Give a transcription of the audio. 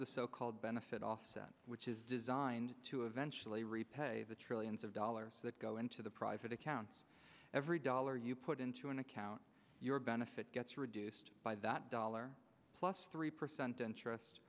the so called benefit offset which is designed to eventually repay the trillions of dollars that go into the private accounts every dollar you put into an account your benefit gets reduced by that dollar plus three percent interest